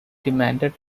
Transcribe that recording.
demanded